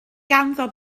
ganddo